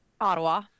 Ottawa